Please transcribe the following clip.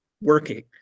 working